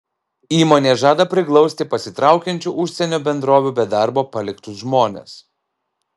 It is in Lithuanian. įmonė žada priglausti pasitraukiančių užsienio bendrovių be darbo paliktus žmones